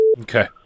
okay